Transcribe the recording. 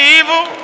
evil